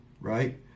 right